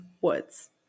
Woods